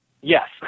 Yes